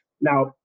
Now